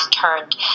turned